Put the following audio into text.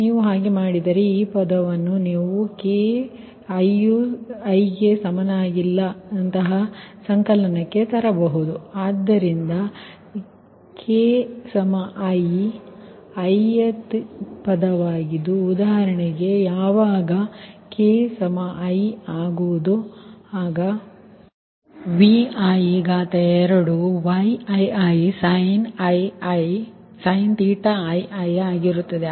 ನೀವು ಹಾಗೆ ಮಾಡಿದರೆ ಈ ಪದವನ್ನು ನೀವು k≠iನಂತಹ ಸಂಕಲನಕ್ಕೆ ತರಬಹುದು ಅದರಿಂದ ತೆಗೆದರೆ ki ith ಪದವಾಗಿದ್ದು ಉದಾಹರಣೆಗೆ ಯಾವಾಗ ki ಆಗ |Vi|2 |Yii| ii ಆಗಿರುತ್ತದೆ